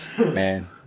man